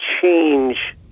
change